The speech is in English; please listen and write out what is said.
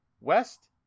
west